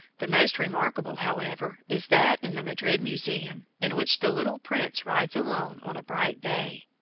the most remarkable, however, is that in the madrid museum, in which the little prince rides alone on a bright bay.